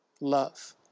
love